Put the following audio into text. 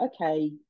okay